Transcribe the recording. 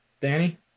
Danny